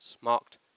marked